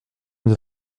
nous